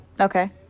Okay